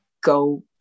go